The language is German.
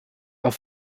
auf